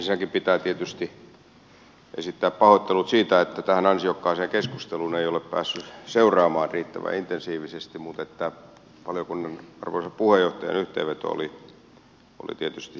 ensinnäkin pitää tietysti esittää pahoittelut siitä että tätä ansiokasta keskustelua ei ole päässyt seuraamaan riittävän intensiivisesti mutta valiokunnan arvoisan puheenjohtajan yhteenveto oli tietysti hyvä kuulla